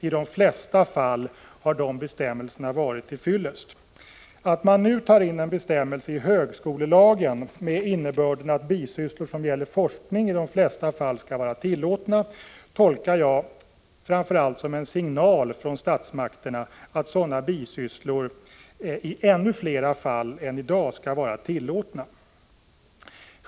I de flesta fall har dessa bestämmelser varit till fyllest. Att man nu tar in en bestämmelse i högskolelagen om detta tolkar jag framför allt som en signal från statsmakterna att sådana bisysslor i ännu fler fall än i dag skall vara tillåtna.